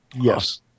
yes